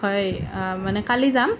হয় মানে কালি যাম